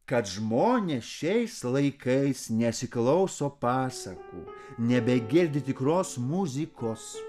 kad žmonės šiais laikais nesiklauso pasakų nebegirdi tikros muzikos